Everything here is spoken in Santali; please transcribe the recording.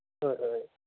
ᱦᱳᱭ ᱦᱳᱭ